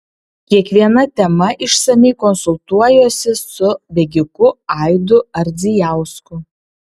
kiekviena tema išsamiai konsultuojuosi su bėgiku aidu ardzijausku